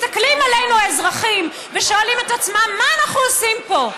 מסתכלים עלינו האזרחים ושואלים את עצמם מה אנחנו עושים פה,